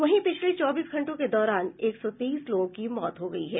वहीं पिछले चौबीस घंटों के दौरान एक सौ तेईस लोगों की मौत हो गयी है